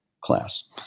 class